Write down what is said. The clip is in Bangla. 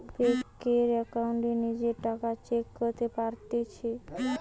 বেংকের একাউন্টে নিজের টাকা চেক করতে পারতেছি